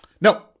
No